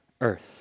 earth